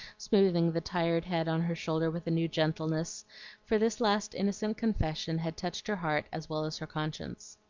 smoothing the tired head on her shoulder with a new gentleness for this last innocent confession had touched her heart as well as her conscience.